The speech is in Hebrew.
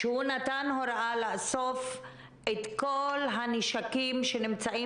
הוא נתן הוראה לאסוף את כל הנשקים שנמצאים